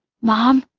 mom?